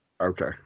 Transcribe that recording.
okay